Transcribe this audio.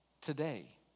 Today